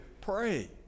pray